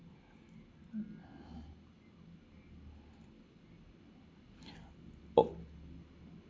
oh